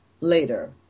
later